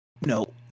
no